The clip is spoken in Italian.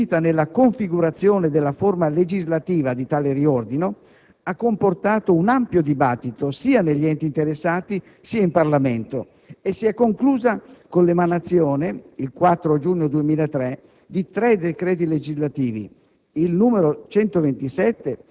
La prima fase, consistita nella configurazione della forma legislativa di tale riordino, ha comportato un ampio dibattito sia negli enti interessati, sia in Parlamento e si è conclusa con l'emanazione, il 4 giugno 2003, di tre decreti legislativi,